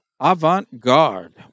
Avant-Garde